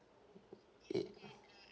it